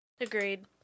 Agreed